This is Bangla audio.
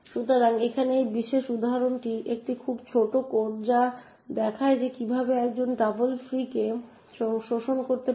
সুতরাং এখানে এই বিশেষ উদাহরণটি একটি খুব ছোট কোড যা দেখায় যে কীভাবে একজন ডবল ফ্রিকে শোষণ করতে পারে